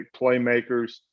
playmakers